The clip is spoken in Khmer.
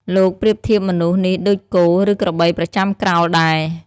លោកប្រៀបធៀបមនុស្សនេះដូចគោ ឬក្របីប្រចាំក្រោលដែរ ។